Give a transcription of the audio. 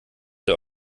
der